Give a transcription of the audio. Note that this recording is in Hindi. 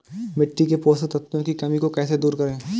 मिट्टी के पोषक तत्वों की कमी को कैसे दूर करें?